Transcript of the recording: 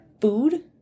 food